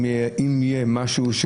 אם יהיה משהו,